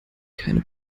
keine